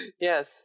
yes